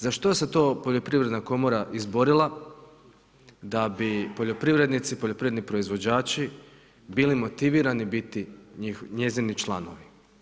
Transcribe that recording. Za što se to poljoprivredna komora izborila da bi poljoprivrednici, poljoprivredni proizvođači bili motivirani biti njezini članovi?